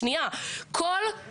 אמרתי לך קודם שאתן לך דוגמה